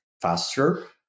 faster